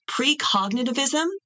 precognitivism